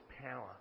power